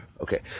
okay